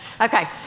Okay